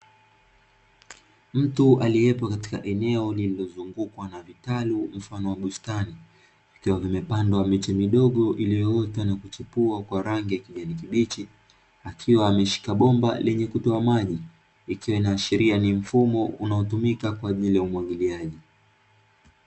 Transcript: Mtu aliyepo katika eneo lililozungukwa na vitalu mfano wa bustani, ikiwa vimepandwa miti midogo iliyoota na kuchipua kwa rangi ya kijani kibichi, akiwa ameshika bomba lenye kutoa maji, ikiwa inaashiria ni mfumo unaotumika kwa ajili ya umwagiliaji.